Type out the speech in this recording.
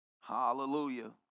Hallelujah